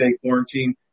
quarantine